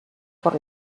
por